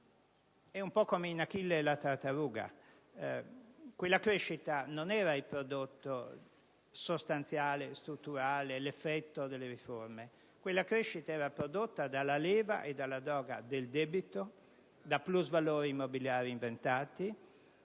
la crisi ha evidenziato che quella crescita non era il prodotto sostanziale, strutturale, l'effetto delle riforme; quella crescita era prodotta dalla leva e dalla droga del debito, da plusvalori immobiliari inventati,